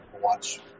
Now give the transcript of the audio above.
watch